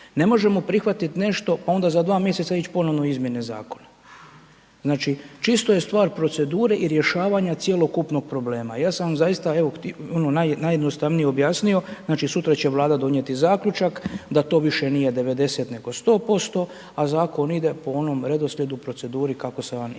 ne možemo prihvatit nešto, onda za 2 mj. ić ponovno u izmjene zakona. Znači čisto je stvar procedure rješavanja cjelokupnog problema, ja sam zaista najjednostavnije objasnio, znači sutra će Vlada donijeti zaključak da to više nije 90 nego 100% a zakon ide po onom redoslijedu u proceduri kako sam vam i rekao.